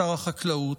שר החקלאות,